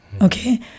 okay